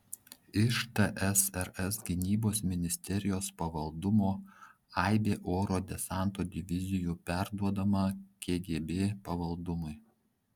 iš tsrs gynybos ministerijos pavaldumo aibė oro desanto divizijų perduodama kgb pavaldumui